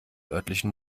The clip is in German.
örtlichen